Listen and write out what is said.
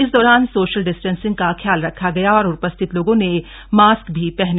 इस दौरान social distancing का ख्याल रखा गया और उपस्थित लोगों ने मास्क भी पहने